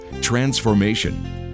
Transformation